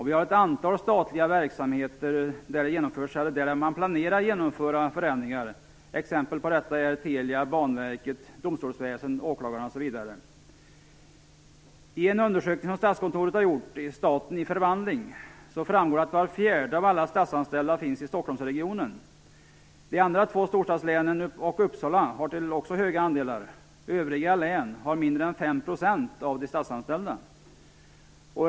Vi har ett antal statliga verksamheter där det genomförts eller där man planerar att genomföra förändringar. Exempel på detta är Telia, Banverket, domstolsväsendet, åklagarna osv. I en undersökning som Statskontoret har gjort, Staten i förvandling, framgår att var fjärde statsanställd finns inom Stockholmsregionen. De andra två storstadslänen och Uppsala har också höga andelar. Övriga län har mindre än 5 % av de statsanställda.